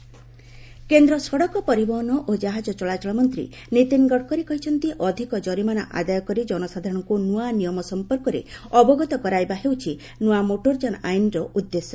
traffic rule Gadkari କେନ୍ଦ ସଡ଼କ ପରିବହନ ଓ ଜାହାଜ ଚଳାଚଳ ମନ୍ତ୍ରୀ ନୀତିନ ଗଡ଼କରୀ କହିଛନ୍ତି ଅଧିକ ଜରିମାନା ଆଦାୟ କରି ଜନସାଧାରଣଙ୍କୁ ନ୍ତଆ ନିୟମ ସଂପର୍କରେ ଅବଗତ କରାଇବା ହେଉଛି ନୂଆ ମୋଟରଯାନ ଆଇନର ଉଦ୍ଦେଶ୍ୟ